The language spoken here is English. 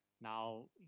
now